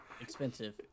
expensive